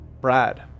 Brad